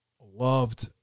Loved